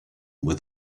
with